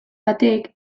batek